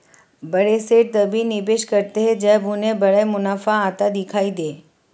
बड़े सेठ तभी निवेश करते हैं जब उन्हें बड़ा मुनाफा आता दिखाई दे